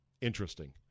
interesting